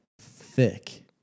thick